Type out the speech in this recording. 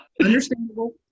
Understandable